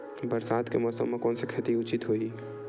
बरसात के मौसम म कोन से खेती करना उचित होही?